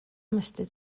mustard